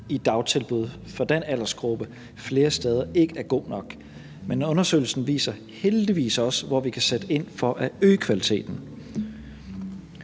i dagtilbud for den aldersgruppe flere steder ikke er god nok. Men undersøgelsen viser heldigvis også, hvor vi kan sætte ind for at øge kvaliteten.